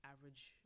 average